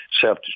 self